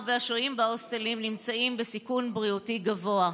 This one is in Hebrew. שהשוהים בהוסטלים נמצאים בסיכון בריאותי גבוה.